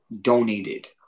donated